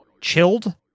chilled